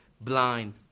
blind